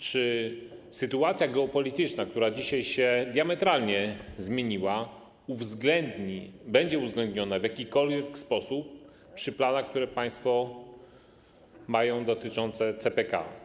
Czy sytuacja geopolityczna, która dzisiaj się diametralnie zmieniła, będzie uwzględniona w jakikolwiek sposób w planach, które państwo mają, dotyczących CPK?